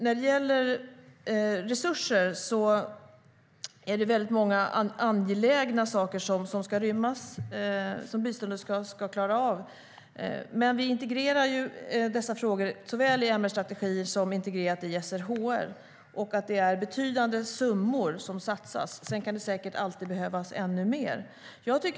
När det gäller resurser är det väldigt många angelägna saker som ska rymmas och som biståndet ska klara av. Vi integrerar dessa frågor såväl i MR-strategier som i SRHR. Det är betydande summor som satsas. Sedan kan det alltid behövas ännu mer.